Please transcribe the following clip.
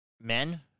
Men